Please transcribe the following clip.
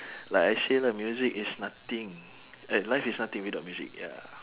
like I say lah music is nothing eh life is nothing without music ya